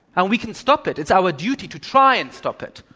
and we can stop it. it's our duty to try and stop it.